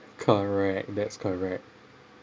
correct that's correct